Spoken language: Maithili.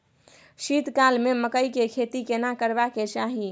शीत काल में मकई के खेती केना करबा के चाही?